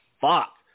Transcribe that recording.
fuck